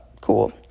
cool